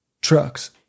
trucks